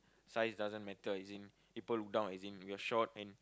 size doesn't matter as in people look down as in we are short and